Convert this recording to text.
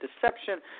deception